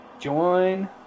join